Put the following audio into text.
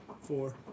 four